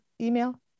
email